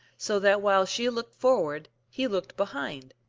so that while she looked forward he looked behind.